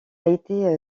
été